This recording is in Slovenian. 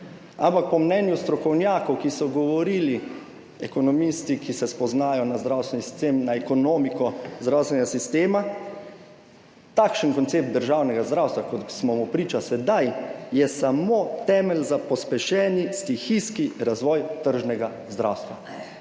ampak po mnenju strokovnjakov, ki so govorili, ekonomisti, ki se spoznajo na zdravstveni sistem, na ekonomiko zdravstvenega sistema, takšen koncept državnega zdravstva, kot smo mu priča sedaj, je samo temelj za pospešeni stihijski razvoj tržnega zdravstva.